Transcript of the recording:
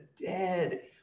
dead